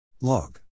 log